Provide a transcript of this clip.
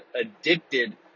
addicted